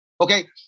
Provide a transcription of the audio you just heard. Okay